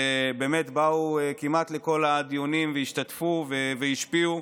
ובאמת באו כמעט לכל הדיונים והשתתפו והשפיעו: